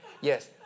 Yes